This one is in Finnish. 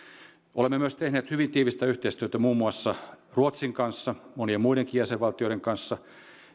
olemme myös tehneet hyvin tiivistä yhteistyötä muun muassa ruotsin kanssa monien muidenkin jäsenvaltioiden kanssa